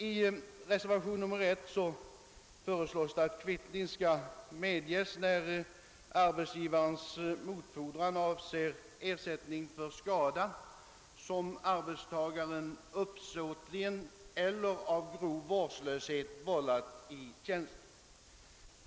I reservation nr 1 föreslås, att kvittning skall medges när arbetsgivarens motfordran avser ersättning för skada, som arbetstagaren uppsåtligen eller av grov vårdslöshet vållat i tjänsten.